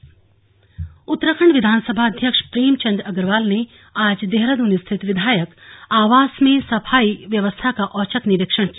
slug Premchand Agarwal Uttarakhand विधानसभा अध्यक्ष प्रेमचन्द अग्रवाल ने आज देहरादून स्थित विधायक आवास में सफाई व्यवस्था का औचक निरीक्षण किया